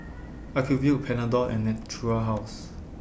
Ocuvite Panadol and Natura House